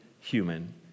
human